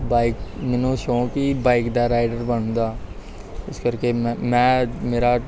bike ਮੈਨੂੰ ਸ਼ੌਂਕ ਹੀ ਬਾਇਕ ਦਾ ਰਾਈਡਰ ਬਣਨ ਦਾ ਇਸ ਕਰਕੇ ਮੈ ਮੈਂ ਮੇਰਾ